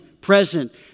present